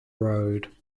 road